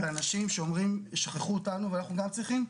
ואנשים שאומרים: שכחו אותנו, ואנחנו גם צריכים,